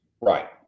Right